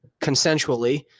consensually